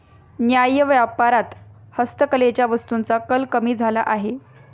न्याय्य व्यापारात हस्तकलेच्या वस्तूंचा कल कमी झाला आहे